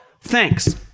Thanks